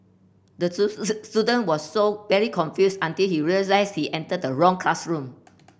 the student was so very confused until he realised he entered the wrong classroom